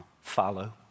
follow